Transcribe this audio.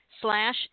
slash